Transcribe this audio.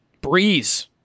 Breeze